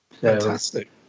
Fantastic